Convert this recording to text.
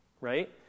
right